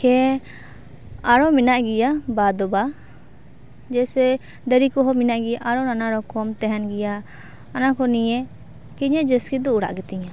ᱠᱷᱮ ᱟᱨᱚ ᱢᱮᱱᱟᱜ ᱜᱮᱭᱟ ᱵᱟ ᱫᱚ ᱵᱟ ᱡᱮᱥᱮ ᱫᱟᱨᱮ ᱠᱚᱦᱚᱸ ᱢᱮᱱᱟᱜ ᱜᱮᱭᱟ ᱟᱨᱚ ᱱᱟᱱᱟ ᱨᱚᱠᱚᱢ ᱛᱟᱦᱮᱱ ᱜᱮᱭᱟ ᱚᱱᱟ ᱠᱚ ᱱᱤᱭᱮ ᱤᱧᱟᱹᱜ ᱡᱟᱹᱥᱛᱤ ᱫᱚ ᱚᱲᱟᱜ ᱜᱮᱛᱤᱧᱟ